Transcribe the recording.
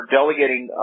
delegating